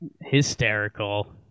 Hysterical